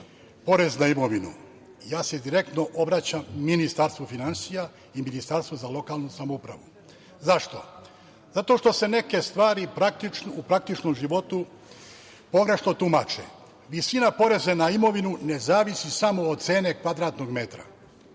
porez na imovinu. Direktno se obraćam Ministarstvu finansija i Ministarstvu za lokalnu samoupravu.Zašto? Zato što se neke stvari u praktičnom životu pogrešno tumače. Visina poreza na imovinu ne zavisi samo od cene kvadratnog metra.